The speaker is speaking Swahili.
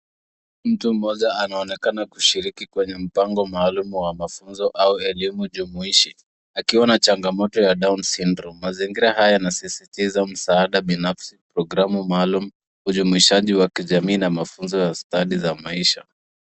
Mtu mmoja anaonekana kushiriki kwenye mpango maalum wa mafunzo au elimu jumuishi akiwa na changamoto ya down syndrome . Mazingira haya yanasisitiza msaada binafsi, programu maalum, ujumuishaji wa kijamii na mafunzo ya stadi za maisha.